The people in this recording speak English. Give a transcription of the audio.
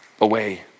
away